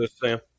Sam